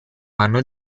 anno